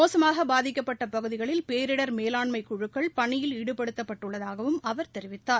மோசமாக பாதிக்கப்பட்ட பகுதிகளில் பேரிடர் பணியில் ஈடுபடுத்தப்பட்டுள்ளதாகவும் அவர் தெரிவித்தார்